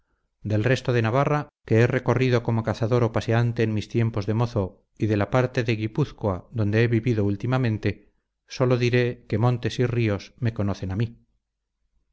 del resto de navarra que he recorrido como cazador o paseante en mis tiempos de mozo y de la parte de guipúzcoa donde he vivido últimamente sólo diré que montes y ríos me conocen a mí